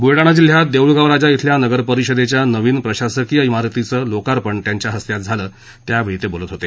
बुलडाणा जिल्ह्यात देऊळगावराजा छिल्या नगर परिषदेच्या नवीन प्रशासकीय छारतीचं लोकार्पण त्यांच्या हस्ते आज करण्यात आलं त्यावेळी ते बोलत होते